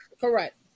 Correct